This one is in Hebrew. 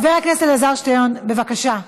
חבר הכנסת אלעזר שטרן, בבקשה.